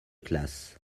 classe